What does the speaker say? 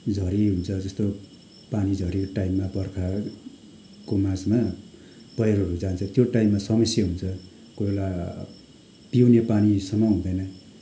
झरी हुन्छ जस्तो पानी झरी टाइममा बर्खाको माझमा पैह्रोहरू जान्छ त्यो टाइममा समस्या हुन्छ कोही बेला पिउने पानीसम्म हुँदैन